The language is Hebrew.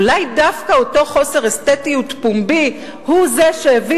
אולי דווקא אותו חוסר אסתטיות פומבי הוא זה שהביא